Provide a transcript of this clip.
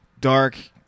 dark